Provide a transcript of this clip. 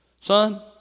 son